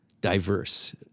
diverse